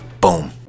boom